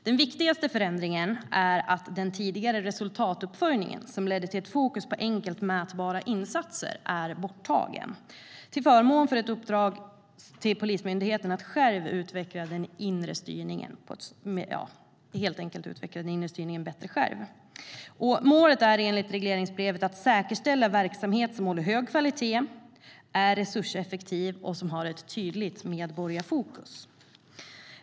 Den viktigaste förändringen är att den tidigare resultatuppföljningen, som ledde till ett fokus på enkelt mätbara insatser, är borttagen till förmån för ett uppdrag till Polismyndigheten att själv bättre utveckla den inre styrningen. Målet är enligt regleringsbrevet att säkerställa verksamhet som håller hög kvalitet, är resurseffektiv och har tydligt medborgarfokus.